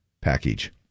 package